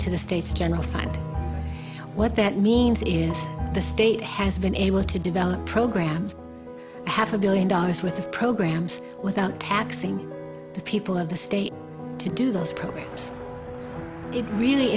to the states general fund what that means in the state has been able to develop programs half a billion dollars worth of programs without taxing the people of the state to do those programs it really